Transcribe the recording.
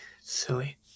silly